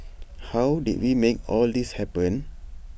how did we make all this happen